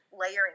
layering